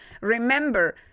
Remember